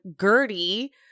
Gertie